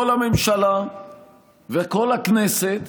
כל הממשלה וכל הכנסת